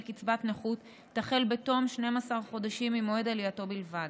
קצבת נכות תחל בתום 12 חודשים ממועד עלייתו בלבד.